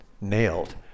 nailed